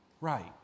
Right